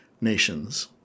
nations